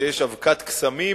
שיש אבקת קסמים